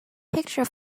picture